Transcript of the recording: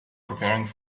preparing